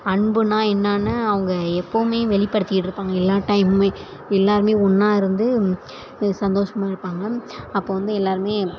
அன்புன்னால் என்னான்னு அவங்க எப்போதுமே வெளிப்படுத்திகிட்டிருப்பாங்க எல்லா டைம்முமே எல்லாருமே ஒன்றா இருந்து சந்தோஷமாக இருப்பாங்க அப்போ வந்து எல்லாருமே